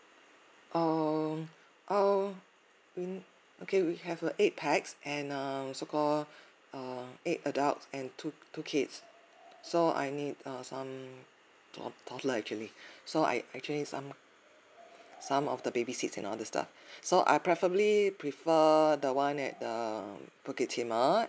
err I'll we okay we have a eight pax and err so called err eight adults and two two kids so I need uh some tod~ toddler actually so I actually some some of the baby seats and all this stuff so I preferably prefer the one at the bukit timah